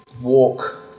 walk